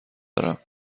دارم